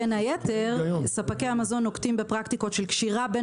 בין היתר ספקי המזון נוקטים בפרקטיקות של קשירה בין